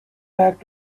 back